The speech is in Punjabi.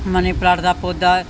ਮਨੀ ਪਲਾਟ ਦਾ ਪੌਦਾ